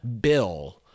bill